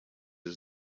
his